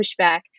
pushback